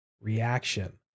reaction